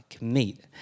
meet